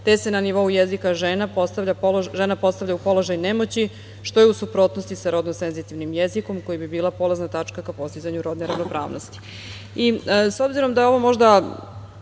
te se na nivou jezika žena postavlja u položaj nemoći što je u suprotnosti sa rodno senzitivnim jezikom koji bi bio polazna tačka ka postizanju rodne ravnopravnosti.I